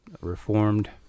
Reformed